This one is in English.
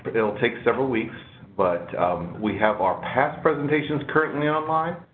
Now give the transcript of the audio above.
but it'll take several weeks, but we have our past presentations currently online,